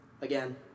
again